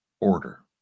order